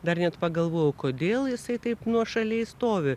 dar net pagalvojau kodėl jisai taip nuošaliai stovi